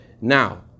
now